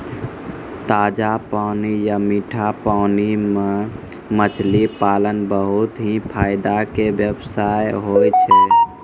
ताजा पानी या मीठा पानी मॅ मछली पालन बहुत हीं फायदा के व्यवसाय होय छै